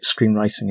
screenwriting